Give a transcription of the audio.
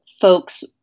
folks